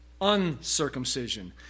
uncircumcision